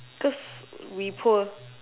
cause we poor